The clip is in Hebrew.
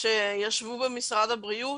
נשארים בעבודה הזאת במשך שנים רבות,